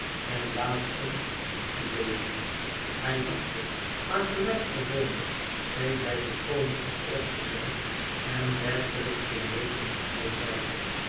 en laat ons van u leven hij lachte maar gelijk gewoonlijk scheen hij volkomen oprecht te zijn en werkelijk te meenen wat hij zeide